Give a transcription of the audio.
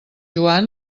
joan